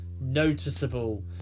noticeable